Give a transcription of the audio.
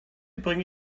bringe